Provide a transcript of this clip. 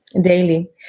daily